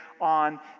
on